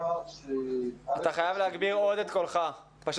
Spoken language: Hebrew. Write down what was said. גם אצל העובדים, לצד השמחה שאפשר לחזור, יש